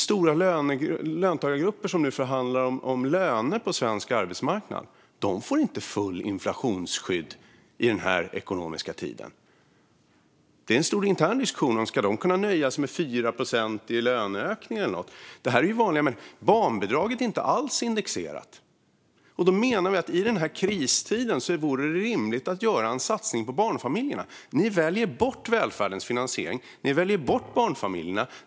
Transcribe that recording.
Stora löntagargrupper förhandlar nu om löner på svensk arbetsmarknad. De får inte fullt inflationsskydd i detta ekonomiska läge. Det förs en stor intern diskussion: Ska de kunna nöja sig med 4 procent i löneökning? Detta är vanliga människor. Barnbidraget är inte alls indexerat. Vi menar att det i denna kristid vore rimligt att göra en satsning på barnfamiljerna. Ni väljer bort välfärdens finansiering, och ni väljer bort barnfamiljerna.